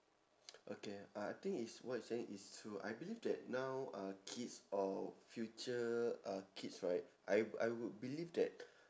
okay uh I think is what you saying is true I believe that now uh kids or future uh kids right I wou~ I would believe that